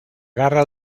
garra